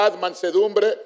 mansedumbre